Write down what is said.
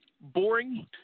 Boring